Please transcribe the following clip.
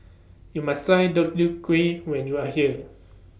YOU must Try Deodeok Gui when YOU Are here